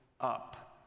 up